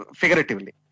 figuratively